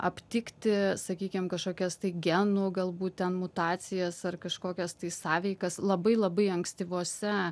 aptikti sakykim kažkokias tai genų galbūt ten mutacijas ar kažkokias tai sąveikas labai labai ankstyvose